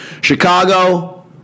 Chicago